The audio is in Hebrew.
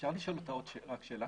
אפשר לשאול אותה שאלה?